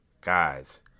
guys